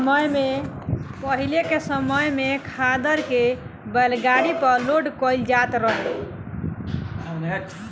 पाहिले के समय में खादर के बैलगाड़ी पर लोड कईल जात रहे